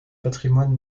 patrimoine